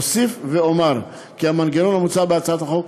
אוסיף ואומר כי המנגנון המוצע בהצעת החוק